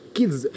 Kids